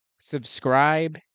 subscribe